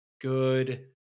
good